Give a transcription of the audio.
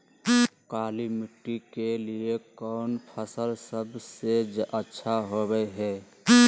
काली मिट्टी के लिए कौन फसल सब से अच्छा होबो हाय?